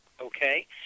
okay